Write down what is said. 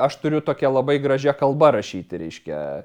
aš turiu tokia labai gražia kalba rašyti reiškia